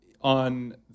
on